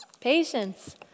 patience